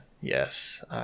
Yes